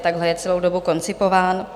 Takhle je celou dobu koncipován.